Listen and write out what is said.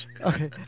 Okay